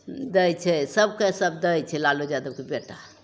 दै छै सभकेँ सब दै छै लालू यादवके बेटा